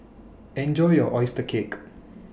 Enjoy your Oyster Cake